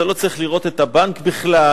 אתה לא צריך לראות את הבנק בכלל.